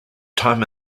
time